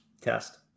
Test